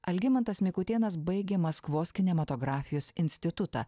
algimantas mikutėnas baigė maskvos kinematografijos institutą